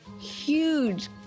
huge